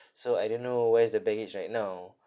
so I don't know where is the baggage right now